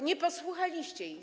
Nie posłuchaliście ich.